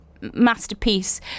masterpiece